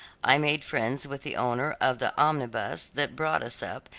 i made friends with the owner of the omnibus that brought us up,